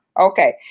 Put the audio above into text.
okay